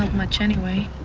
much, anyway?